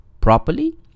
properly